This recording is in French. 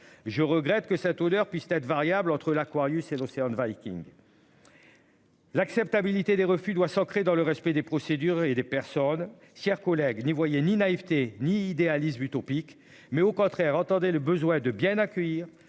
Je regrette que cette odeur puissent être variable entre l'Aquarius les océans une King.-- L'acceptabilité des refus doit s'ancrer dans le respect des procédures et des personnes. Chers collègues, n'y voyez ni naïveté ni idéalisme utopique mais au contraire, entendez le besoin de bien accueillir,